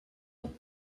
ans